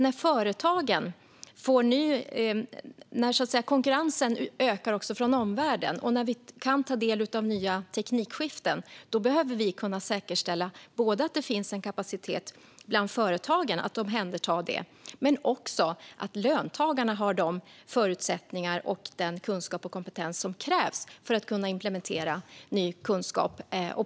När det blir ökad konkurrens från omvärlden och när vi kan ta del av nya teknikskiften behöver vi kunna säkerställa både att det finns kapacitet bland företagen att omhänderta detta och att löntagarna har de förutsättningar och den kunskap och kompetens som krävs för att implementera ny kunskap.